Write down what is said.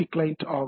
client ஆகும்